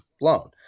loan